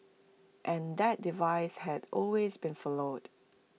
and that device had always been followed